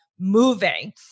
moving